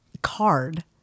card